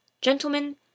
Gentlemen